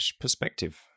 perspective